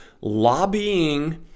lobbying